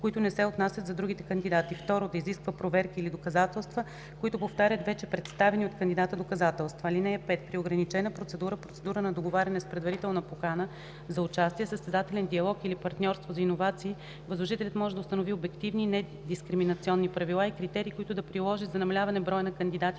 които не се отнасят за другите кандидати; 2. да изисква проверки или доказателства, които повтарят вече представени от кандидата доказателства. (5) При ограничена процедура, процедура на договаряне с предварителна покана за участие, състезателен диалог или партньорство за иновации възложителят може да установи обективни и недискриминационни правила и критерии, които да приложи за намаляване броя на кандидатите,